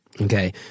okay